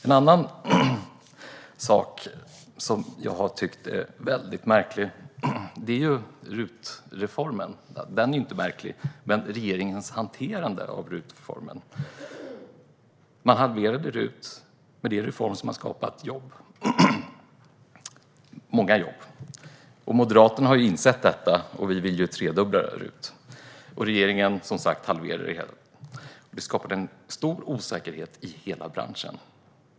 En annan sak som jag tycker är märklig är RUT-reformen. Det är inte den som är märklig, men regeringens hantering av RUT-reformen är det. Man halverade RUT. Men det är en reform som har skapat jobb - många jobb. Moderaterna har insett detta och vill tredubbla RUT medan regeringen som sagt har halverat det hela. Det har skapat stor osäkerhet i hela branschen.